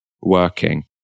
working